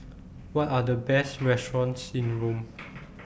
What Are The Best restaurants in Rome